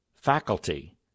faculty